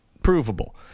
provable